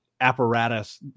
apparatus